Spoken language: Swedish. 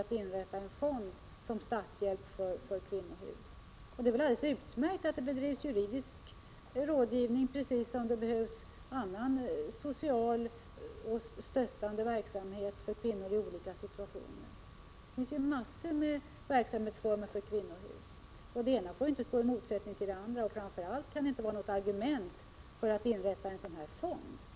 Det är väl alldeles utmärkt att det bedrivs juridisk rådgivning; sådan behövs precis som det behövs annan social och stöttande verksamhet för kvinnor i olika situationer. Det finns massor av verksamhetsformer för kvinnohus, och det ena får inte stå i motsats till det andra. Framför allt kan inte detta att det bedrivs juridisk rådgivning vara ett argument mot att inrätta en sådan här fond.